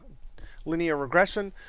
linear regression.